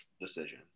decision